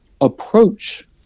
approach